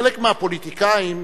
חלק מהפוליטיקאים,